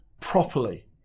properly